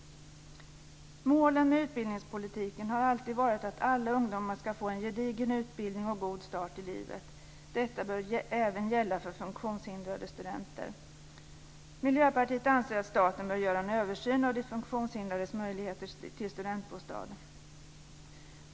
Målen med utbildningspolitiken har alltid varit att alla ungdomar ska få en gedigen utbildning och en god start i livet. Detta bör gälla även för funktionshindrade studenter. Miljöpartiet anser att staten bör göra en översyn av de funktionshindrades möjligheter till studentbostad.